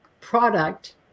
product